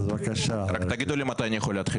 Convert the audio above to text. רק תגידו לי מתי אני יכול להתחיל.